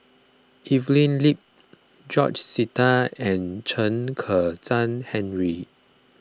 Evelyn Lip George Sita and Chen Kezhan Henri